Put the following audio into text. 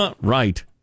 Right